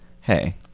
Hey